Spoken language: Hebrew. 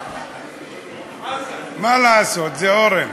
מה לעשות, זה אורן,